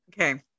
Okay